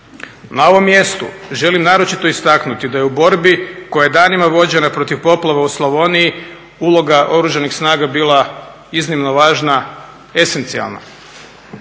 Na ovom mjestu želim naročito istaknuti da je u borbi koja je danima vođena protiv poplava u Slavoniji uloga Oružanih snaga bila iznimno važna, esencijalna.